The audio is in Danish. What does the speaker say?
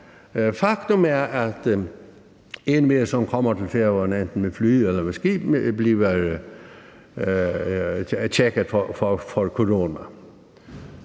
Faktum er, at en, der kommer til Færøerne enten med fly eller med skib, bliver tjekket for corona.